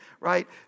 right